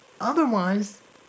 otherwise